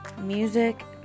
Music